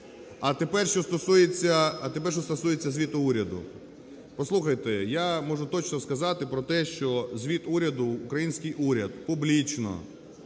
А тепер, що стосується звіту уряду. Послухайте, я можу точно сказати про те, що звіт уряду український уряд публічно